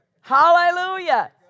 Hallelujah